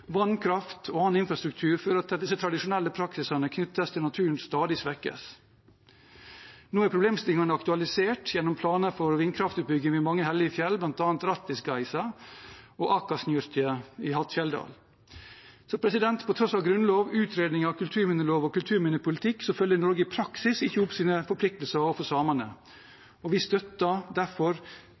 vannkraft og annen infrastruktur fører til at disse tradisjonelle praksisene knyttet til naturen stadig svekkes. Nå er problemstillingen aktualisert gjennom planer for vindkraftutbygging ved mange hellige fjell, bl.a. Rásttigáisá og Aahkansnjurtjie i Hattfjelldal. På tross av Grunnloven, utredninger, kulturminnelov og kulturminnepolitikk følger Norge i praksis ikke opp sine forpliktelser overfor samene. Vi støtter derfor